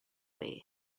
way